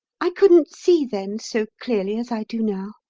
i couldn't see then so clearly as i do now.